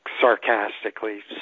sarcastically